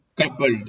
coupled